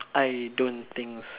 I don't think s~